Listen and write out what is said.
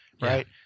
Right